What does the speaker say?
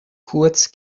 kurz